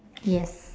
yes